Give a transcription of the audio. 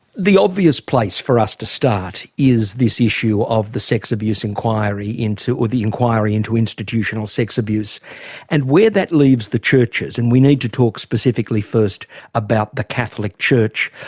the obvious place for us to start is this issue of the sex-abuse inquiry into, or the inquiry into institutional sex-abuse and where that leaves the churches, and we need to talk specifically first about the catholic church.